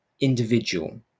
individual